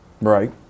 Right